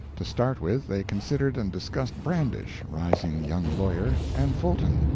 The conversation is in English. to start with, they considered and discussed brandish, rising young lawyer, and fulton,